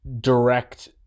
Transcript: direct